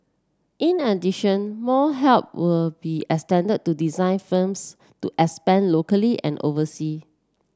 in addition more help were be extended to design firms to expand locally and oversea